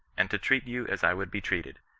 and to treat you as i would be treated.